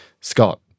Scott